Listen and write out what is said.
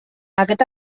aquest